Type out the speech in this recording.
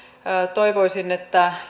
toivoisin että